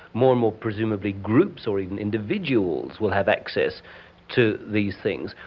more and more presumably groups or even individuals will have access to these things.